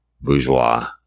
Bourgeois